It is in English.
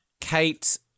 Kate